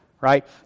Right